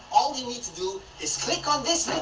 all you need to do is click on this link